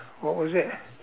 what was it